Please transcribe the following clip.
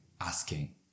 asking